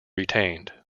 retained